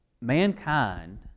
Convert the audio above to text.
mankind